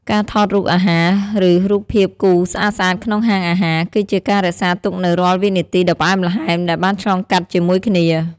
ការថតរូបអាហារ ឬរូបភាពគូស្អាតៗក្នុងហាងអាហារ គឺជាការរក្សាទុកនូវរាល់វិនាទីដ៏ផ្អែមល្ហែមដែលបានឆ្លងកាត់ជាមួយគ្នា។